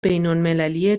بینالمللی